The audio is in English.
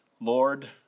Lord